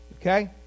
Okay